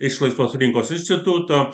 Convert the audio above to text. iš laisvos rinkos instituto